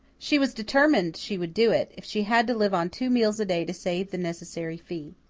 she was determined she would do it, if she had to live on two meals a day to save the necessary fee.